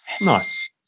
Nice